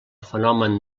fenomen